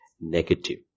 negative